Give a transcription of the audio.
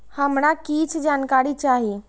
हमरा कीछ जानकारी चाही